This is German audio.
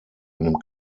einem